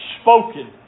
spoken